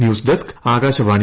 news desk Akashvani